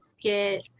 get